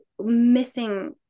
missing